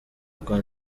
cote